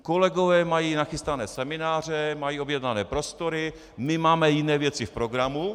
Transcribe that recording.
Kolegové mají nachystané semináře, mají objednané prostory, my máme jiné věci v programu.